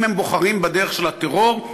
אם הם בוחרים בדרך של הטרור,